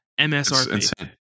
MSRP